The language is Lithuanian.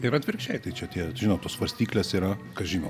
ir atvirkščiai tai čia tie žinot tos svarstyklės yra kas žino